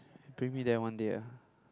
you bring me there one day ah